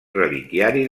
reliquiari